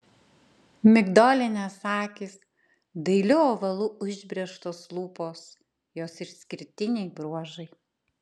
migdolinės akys dailiu ovalu užbrėžtos lūpos jos išskirtiniai bruožai